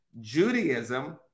Judaism